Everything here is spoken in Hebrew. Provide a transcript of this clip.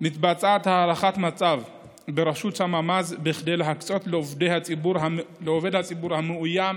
מתבצעת הערכת מצב בראשות סממ"ז בכדי להקצות לעובד הציבור המאוים